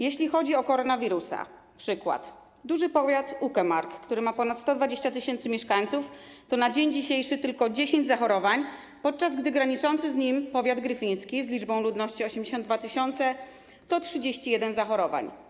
Jeśli chodzi o koronawirusa, przykład: duży powiat Uckermark, który ma ponad 120 tys. mieszkańców, to na dzień dzisiejszy tylko 10 zachorowań, podczas gdy graniczący z nim powiat gryfiński z 82 tys. ludności to 31 zachorowań.